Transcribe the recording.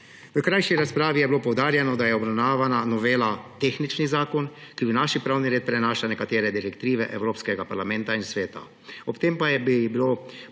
V krajši razpravi je bilo poudarjeno, da je obravnavana novela tehnični zakon, ki v naš pravni red prinaša nekatere direktive Evropskega parlamenta in Sveta. Ob tem pa je bilo postavljeno